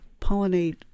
pollinate